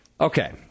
Okay